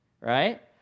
Right